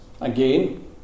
Again